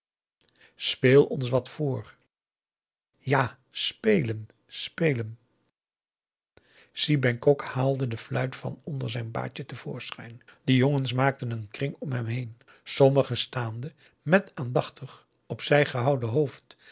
speel ons wat voor ja spelen spelen si bengkok haalde de fluit van onder zijn baadje te voorschijn de jongens maakten een kring om hem heen sommigen staande met aandachtig op zij gehouden hoofd